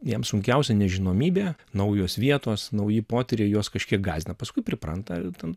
jiems sunkiausia nežinomybė naujos vietos nauji potyriai juos kažkiek gąsdina paskui pripranta ten